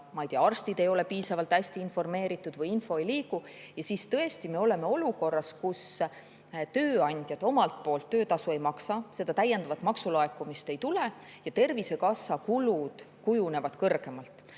arstid ei ole piisavalt hästi informeeritud, info ei liigu – siis me tõesti oleme olukorras, kus tööandjad omalt poolt töötasu ei maksa, seda täiendavat maksulaekumist ei tule ja Tervisekassa kulud kujunevad kõrgemaks.